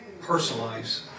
personalize